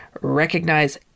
recognize